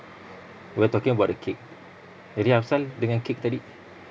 we're talking about the cake jadi asal dengan cake tadi